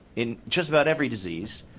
in just about every disease,